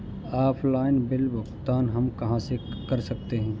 Offline bill भुगतान हम कहां कर सकते हैं?